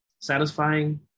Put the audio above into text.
Satisfying